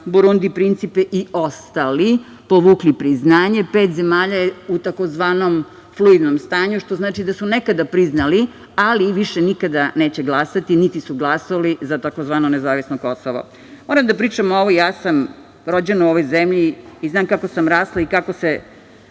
Burundi, Principi i ostali povukli priznanje, pet zemalja je u tzv. fluidnom stanju, što znači da su nekada priznali, ali više nikada neće glasati, niti su glasali za tzv. nezavisno Kosovo. Moram da pričam ovo, ja sam rođena u ovoj zemlji i znam kako sam rasla i kako je